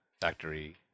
factory